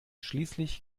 schließlich